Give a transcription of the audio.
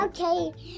Okay